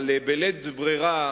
אבל בלית ברירה,